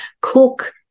cook